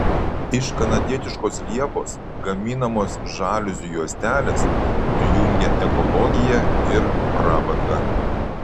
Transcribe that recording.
iš kanadietiškos liepos gaminamos žaliuzių juostelės sujungia ekologiją ir prabangą